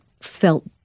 felt